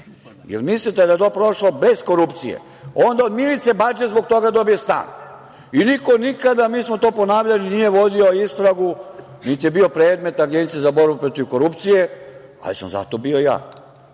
Jel mislite da je to prošlo bez korupcije? Onda od Milice Badže zbog toga dobije stan i niko nikada, mi smo to ponavljali, nije vodio istragu, niti je bio predmet Agencije za borbu protiv korupcije, ali sam zato bio ja.